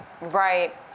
Right